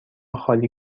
خالی